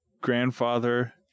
grandfather